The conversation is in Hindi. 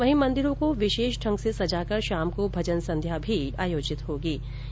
वहीं मंदिरों को विशेष ढंग से सजाकर शाम को भजन संध्या के भी आयोजन होंगे